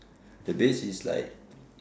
the beach is like